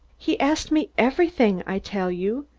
he asked me everything, i tell you!